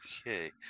okay